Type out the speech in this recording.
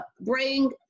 bring